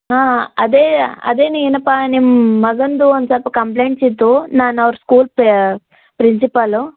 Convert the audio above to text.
ಹಾಂ ಅದೇ ಅದೇನೇ ಏನಪ್ಪಾ ನಿಮ್ಮ ಮಗಂದು ಒಂದು ಸ್ವಲ್ಪ ಕಂಪ್ಲೇಂಟ್ಸ್ ಇತ್ತು ನಾನು ಅವ್ರ ಸ್ಕೂಲ್ ಪ್ರಿನ್ಸಿಪಾಲು